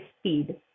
speed